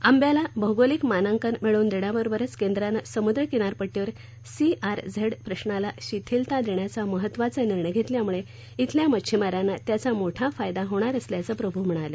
आंब्याला भौगोलिक मानांकन मिळवून देण्याबरोबरच केंद्रानं समुद्र किनारपट्टीवर सीआरझेड प्रशाला शिथिलता देण्याचा महत्त्वाचा निर्णय घेतल्यामुळे इथल्या मच्छीमारांना त्याचा मोठा फायदा होणार असल्याचं प्रभू म्हणाले